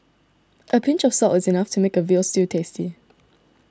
a pinch of salt is enough to make a Veal Stew tasty